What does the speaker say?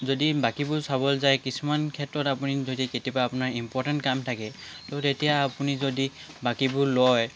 যদি বাকীবোৰ চাবলৈ যায় কিছুমান ক্ষেত্ৰত যদি আপুনি কেতিয়াবা যদি আপোনাৰ ইম্পৰ্টেণ্ট কাম থাকে তো তেতিয়া আপুনি যদি বাকীবোৰ লয়